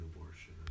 abortion